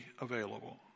available